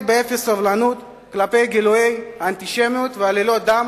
אפס סובלנות כלפי גילויי אנטישמיות ועלילות דם